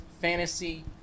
fantasy